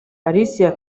alicia